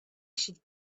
should